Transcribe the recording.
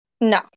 No